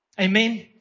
Amen